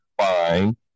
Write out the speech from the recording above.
fine